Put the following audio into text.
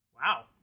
Wow